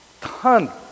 ton